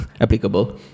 applicable